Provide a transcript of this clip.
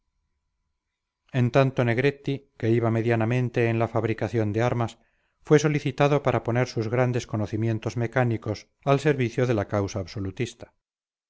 en tanto negretti que iba medianamente en la fabricación de armas fue solicitado para poner sus grandes conocimientos mecánicos al servicio de la causa absolutista